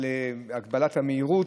על הגבלת המהירות.